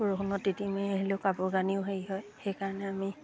বৰষুণত তিতি বুৰি কাপোৰ কানিও হেৰি হয় সেইকাৰণে আমি